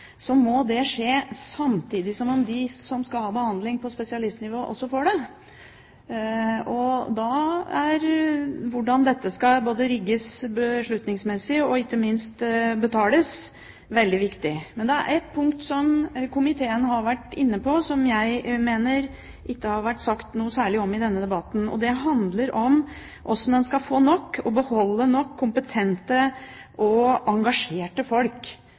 behandling på spesialistnivå, får det. Hvordan dette skal rigges beslutningsmessig og ikke minst betales, er veldig viktig. Det er et punkt som komiteen har vært inne på, men som jeg mener det ikke har vært sagt noe særlig om i debatten. Det handler om hvordan en skal få nok, og beholde nok, kompetente og engasjerte folk